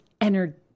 energy